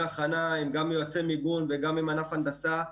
הכנה עם יועצי מיגון וגם עם ענף הנדסה,